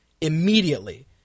immediately